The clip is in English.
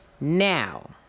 Now